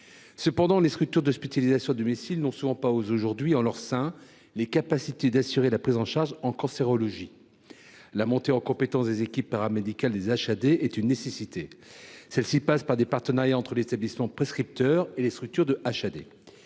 Toutefois, les structures d’hospitalisation à domicile n’ont souvent pas en leur sein les capacités d’assurer la prise en charge en cancérologie. La montée en compétences des équipes paramédicales concernées est une nécessité. Celle ci passe par des partenariats entre les établissements prescripteurs et les structures d’HAD.